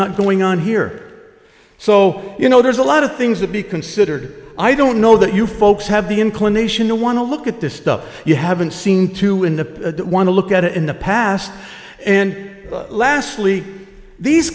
not going on here so you know there's a lot of things to be considered i don't know that you folks have the inclination to want to look at this stuff you haven't seen to in a one to look at it in the past and lastly these